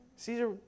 Caesar